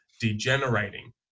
degenerating